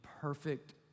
perfect